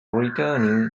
returning